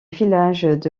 village